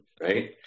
right